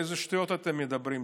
איזה שטויות אתם מדברים.